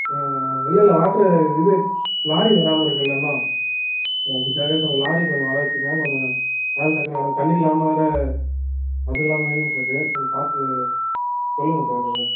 இல்லை இல்லை வாட்டர் இது லாரி வராமல் இருக்குதுல்ல இன்னும் ஸோ அதுக்காக கொஞ்சம் லாரி கொஞ்சம் வர வச்சிங்கனா கொஞ்சம் வேலை டக்குன்னு நடக்கும் தண்ணி இல்லாமல் வேற அது இல்லாமல் நின்னுட்டுருக்குது கொஞ்சம் பார்த்து சொல்லுங்க சார் அதை